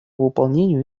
выполнению